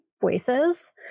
voices